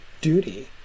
duty